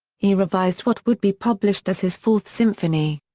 he revised what would be published as his fourth symphony.